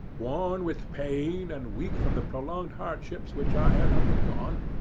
worn with pain, and weak from the prolonged hardships which i had undergone,